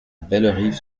bellerive